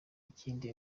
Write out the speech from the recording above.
ikindi